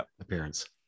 appearance